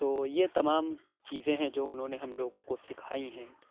تو یہ تمام چیزیں ہیں جو اُنہوں نے ہم لوگوں کو سکھائی ہیں